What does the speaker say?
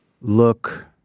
look